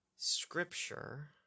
scripture